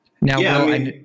now